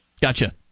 Gotcha